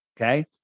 okay